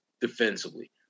defensively